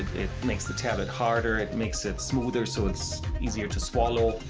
makes the tablet harder it makes it smoother so it's easier to swallow.